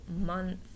month